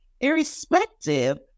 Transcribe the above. irrespective